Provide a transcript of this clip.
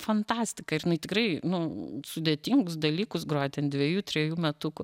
fantastika ir jinai tikrai nu sudėtingus dalykus groja ten dvejų trejų metukų